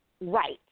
right